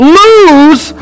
lose